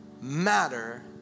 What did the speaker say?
matter